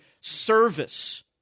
service